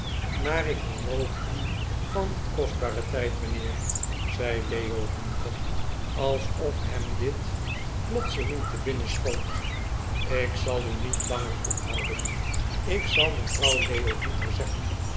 maar ik beroof u van uw kostbaren tijd mijnheer zei leo hunter alsof hem dit plotseling te binnen schoot ik zal u niet langer ophouden ik zal mevrouw leo hunter zeggen